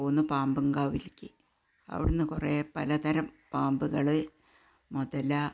പോന്നു പാമ്പുംകാവിലേക്ക് അവിടെ നിന്ന് കുറേ പലതരം പാമ്പുകൾ മുതല